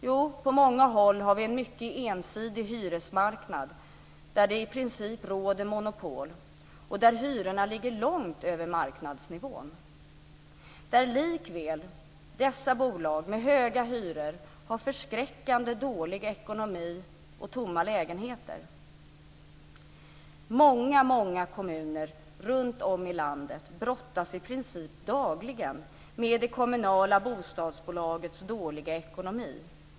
Jo, vi har på många håll en mycket ensidig hyresmarknad, där det i princip råder monopol och där hyrorna ligger långt över marknadsnivån. Ändå har dessa bolag med höga hyror förskräckande dålig ekonomi och tomma lägenheter. Många, många kommuner runtom i landet brottas i princip dagligen med det kommunala bostadsbolagets dåliga ekonomi.